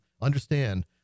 understand